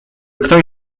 ktoś